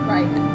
Right